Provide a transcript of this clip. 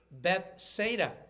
Bethsaida